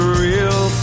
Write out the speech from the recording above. real